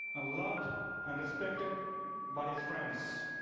ah loved, and respected by his friends.